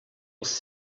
was